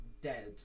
dead